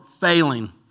failing